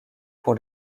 pour